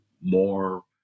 more